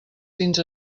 fins